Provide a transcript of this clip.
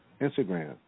Instagram